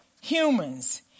humans